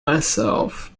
myself